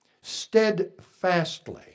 steadfastly